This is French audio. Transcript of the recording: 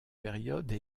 période